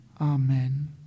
Amen